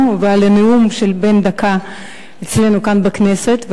ועל הנאום בן הדקה אצלנו כאן בכנסת,